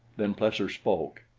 then plesser spoke.